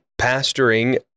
pastoring